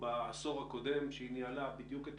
אבל התקציב, מבחינתנו, העמדנו